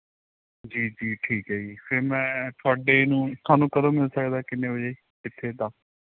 ਜੀ ਜੀ ਠੀਕ ਹੈ ਜੀ ਫਿਰ ਮੈਂ ਤੁਹਾਡੇ ਨੂੰ ਤੁਹਾਨੂੰ ਕਦੋਂ ਮਿਲ ਸਕਦਾ ਕਿੰਨੇ ਵਜੇ ਕਿੱਥੇ ਦਾ